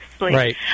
Right